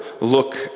look